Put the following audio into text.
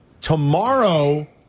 Tomorrow